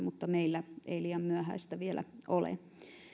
mutta meillä ei liian myöhäistä vielä ole